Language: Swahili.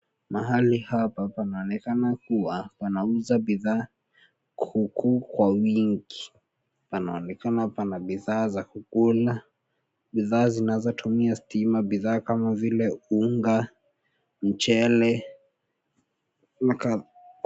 Mahali hapa panaonekana kuwa panauza bidhaa kuukuu kwa wingi. Panaonekana pana bidhaa za kukula, bidhaa zinazotumia stima, na bidhaa kama vile unga, mchele na kadha.